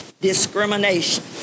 discrimination